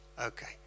okay